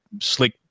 slick